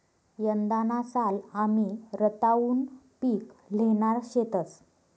यंदाना साल आमी रताउनं पिक ल्हेणार शेतंस